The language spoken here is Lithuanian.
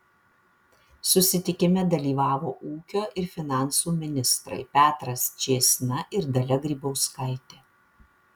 susitikime dalyvavo ūkio ir finansų ministrai petras čėsna ir dalia grybauskaitė